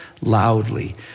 loudly